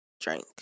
drank